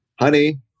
Honey